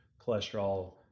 cholesterol